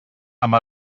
amb